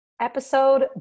episode